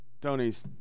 Tony's